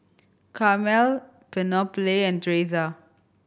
Carmel Penelope and Tresa